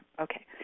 Okay